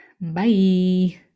Bye